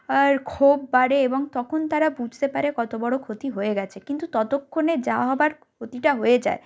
আর ক্ষোভ বাড়ে এবং তখন তারা বুঝতে পারে কত বড়ো ক্ষতি হয়ে গেছে কিন্তু ততক্ষনে যা হওয়ার ক্ষতিটা হয়ে যায়